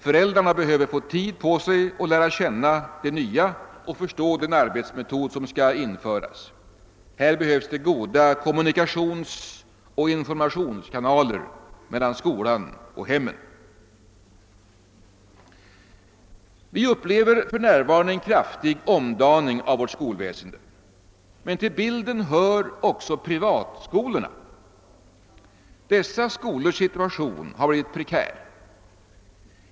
Föräldrarna behöver få tid på sig att lära känna det nya och förstå den arbetsmetod som skall införas. Härför behövs det goda kommunikationsoch informationskanaler mellan skolan och hemmen. Vi upplever för närvarande en kraftig omdaning av vårt skolväsende. Till bilden hör också privatskolorna. Dessa skolors situation har blivit prekär.